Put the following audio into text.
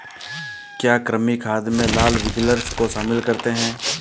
क्या कृमि खाद में लाल विग्लर्स को शामिल करते हैं?